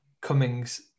cummings